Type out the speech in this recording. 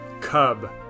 cub